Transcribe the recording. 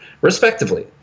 respectively